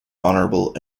honourable